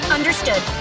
Understood